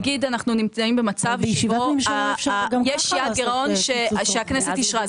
נגיד אנחנו נמצאים במצב שבו יש יעד גירעון שהכנסת אישרה,